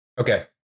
Okay